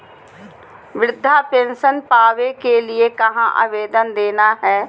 वृद्धा पेंसन पावे के लिए कहा आवेदन देना है?